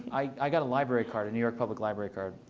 i got a library card, a new york public library card.